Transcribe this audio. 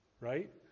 Right